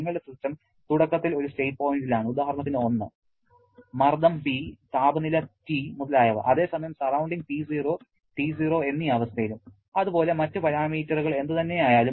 നിങ്ങളുടെ സിസ്റ്റം തുടക്കത്തിൽ ഒരു സ്റ്റേറ്റ് പോയിന്റിലാണ് ഉദാഹരണത്തിന് 1 മർദ്ദം P താപനില T മുതലായവ അതേസമയം സറൌണ്ടിങ് P0 T0 എന്നി അവസ്ഥയിലും അതുപോലെ മറ്റ് പാരാമീറ്ററുകൾ എന്തുതന്നെ ആയാലും